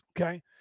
Okay